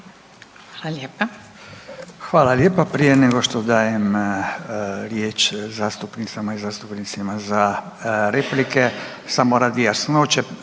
(Nezavisni)** Hvala lijepa. Prije nego što dajem riječ zastupnicama i zastupnicima za replike, samo radi jasnoće,